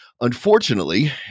unfortunately